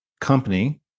company